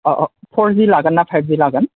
अ' अ' फरजि लागोन ना फाइबजि लागोन